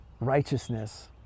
righteousness